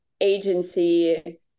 agency